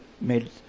made